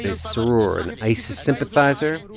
is sroor an isis sympathizer?